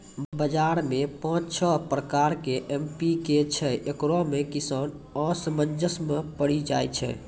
बाजार मे पाँच छह प्रकार के एम.पी.के छैय, इकरो मे किसान असमंजस मे पड़ी जाय छैय?